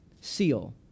seal